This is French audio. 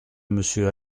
monsieur